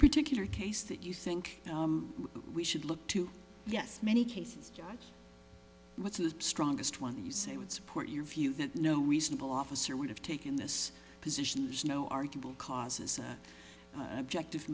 particular case that you think we should look to yes many cases what's the strongest one you say would support your view that no reasonable officer would have taken this position no arguable causes objective